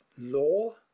law